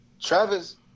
Travis